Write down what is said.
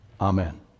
Amen